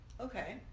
Okay